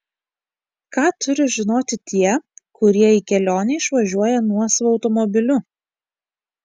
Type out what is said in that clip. ką turi žinoti tie kurie į kelionę išvažiuoja nuosavu automobiliu